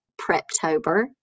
Preptober